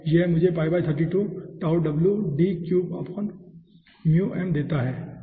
यह मुझे देता है ठीक है